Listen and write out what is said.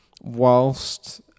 whilst